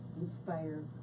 inspire